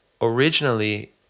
originally